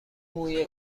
موی